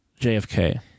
JFK